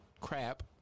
crap